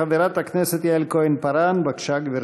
חברת הכנסת יעל כהן-פארן, בבקשה, גברתי.